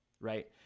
right